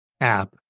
app